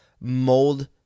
mold